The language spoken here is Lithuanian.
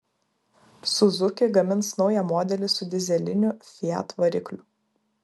suzuki gamins naują modelį su dyzeliniu fiat varikliu